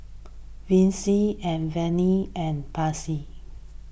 Vicy and Vernia and Marcie